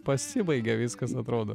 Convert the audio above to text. pasibaigia viskas atrodo